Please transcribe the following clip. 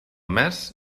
mes